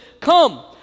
Come